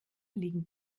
liegen